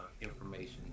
information